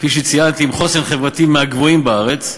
כפי שציינתי, עם חוסן חברתי מהגבוהים בארץ,